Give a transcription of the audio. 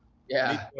yeah.